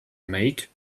make